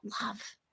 love